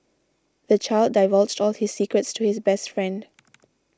the child divulged all his secrets to his best friend